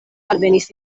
alvenis